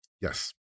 Yes